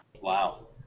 wow